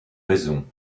raison